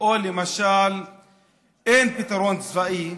או למשל אין פתרון צבאי,